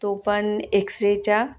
तो पण एक्सरेच्या